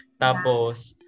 tapos